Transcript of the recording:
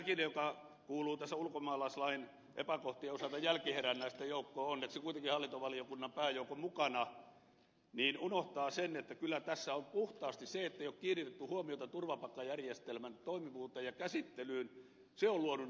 mäkinen joka kuuluu ulkomaalaislain epäkohtien osalta jälkiherännäisten joukkoon onneksi kuitenkin hallintovaliokunnan pääjoukon mukana unohtaa sen että kyllä tässä puhtaasti se ettei ole kiinnitetty huomiota turvapaikkajärjestelmän toimivuuteen ja käsittelyyn on luonut nämä ongelmat